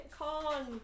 con